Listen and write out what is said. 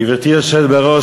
גברתי היושבת בראש,